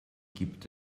gibt